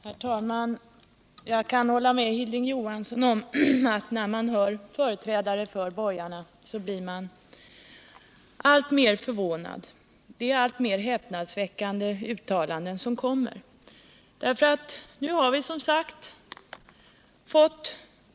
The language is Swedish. Herr talman! Jag kan hålla med Hilding Johansson om att när man lyssnar på företrädare för borgarna blir man mer och mer förvånad. Det är alltmer häpnadsväckande uttalanden som görs.